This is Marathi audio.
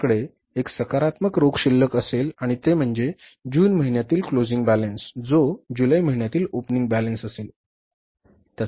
आमच्याकडे एक सकारात्मक रोख शिल्लक असेल आणि ते म्हणजे जून महिन्यातील क्लोजिंग बॅलन्स जो जुलै महिन्यातील ओपनिंग बॅलन्स असेल